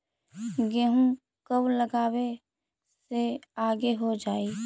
गेहूं कब लगावे से आगे हो जाई?